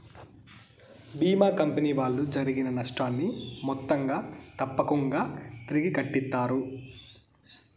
భీమా company వాళ్ళు జరిగిన నష్టాన్ని మొత్తంగా తప్పకుంగా తిరిగి కట్టిత్తారు